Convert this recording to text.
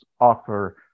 offer